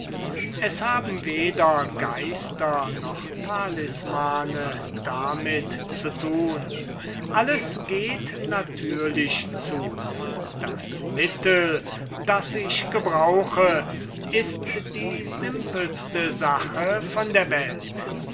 es haben weder geister noch talismane damit zu tun alles geht natürlich zu das mittel das ich gebrauche ist die simpelste sache von der welt